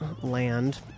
land